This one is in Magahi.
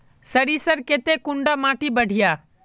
सरीसर केते कुंडा माटी बढ़िया?